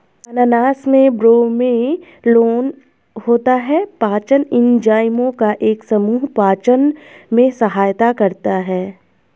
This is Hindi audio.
अनानास में ब्रोमेलैन होता है, पाचन एंजाइमों का एक समूह पाचन में सहायता करता है